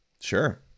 sure